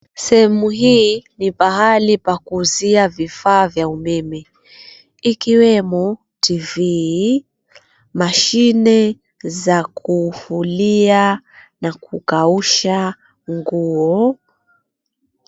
Sehemu hii ni pahali pakuuzia vifaa vya umeme, ikiwemo TV , mashinee za kufulia na kukausha nguo.